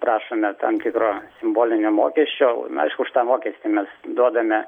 prašome tam tikro simbolinio mokesčio na aišku už tą mokestį mes duodame